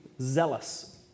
zealous